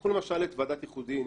קחו למשל את ועדת יחודיים.